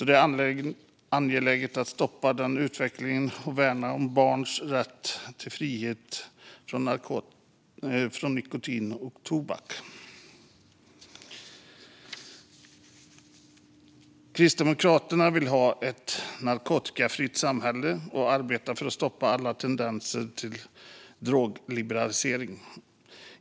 Det är angeläget att stoppa denna utveckling och att värna barns rätt till frihet från nikotin och tobak. Kristdemokraterna vill ha ett narkotikafritt samhälle och arbetar för att stoppa alla tendenser till drogliberalisering.